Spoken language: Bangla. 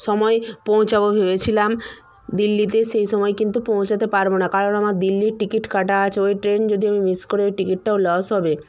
সময় পৌঁছাব ভেবেছিলাম দিল্লিতে সেই সময় কিন্তু পৌঁছাতে পারব না কারণ আমার দিল্লির টিকিট কাটা আছে ওই ট্রেন যদি আমি মিস করি ওই টিকিটটাও লস হবে